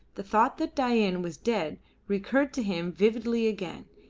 the thought that dain was dead recurred to him vividly again,